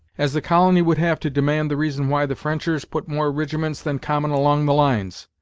as the colony would have to demand the reason why the frenchers put more rijiments than common along the lines.